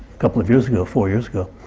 couple of years ago, four years ago,